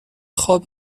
خواب